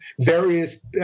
various